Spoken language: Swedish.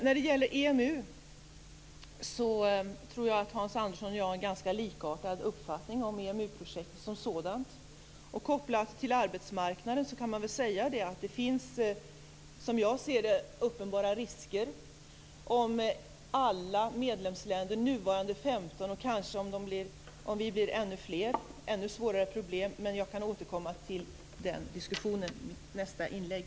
När det gäller EMU tror jag att Hans Andersson och jag har en ganska likartad uppfattning om det projektet som sådant. Kopplat till arbetsmarknaden finns det som jag ser det uppenbara risker för ännu svårare problem om alla medlemsländer deltar, nuvarande 15 och kanske vi blir ännu fler. Men jag kan återkomma till den diskussionen i nästa inlägg.